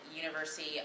University